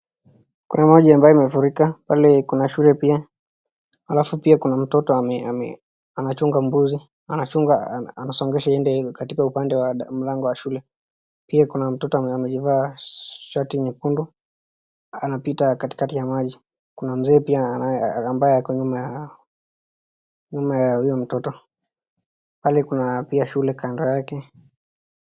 Kuna maji ambayo imefurika. Pale kuna shule pia. Alafu pia kuna mtoto anachunga mbuzi. Anachunga anasongesha iende katika upande wa mlango wa shule. Pia kuna mtoto ameivaa shati nyekundu anapita katikati ya maji. Kuna mzee pia ambaye ako nyuma ya huyo mtoto. Pale kuna pia shule kando yake.